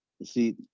see